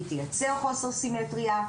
היא תייצר חוסר סימטריה,